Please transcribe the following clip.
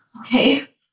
okay